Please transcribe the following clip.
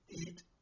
eat